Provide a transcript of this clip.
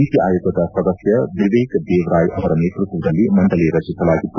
ನೀತಿ ಆಯೋಗದ ಸದಸ್ಕ ಬಿವೇಕ್ ದೇವ್ರಾಯ್ ಅವರ ನೇತೃತ್ವದಲ್ಲಿ ಮಂಡಳಿ ರಚಿಸಲಾಗಿತ್ತು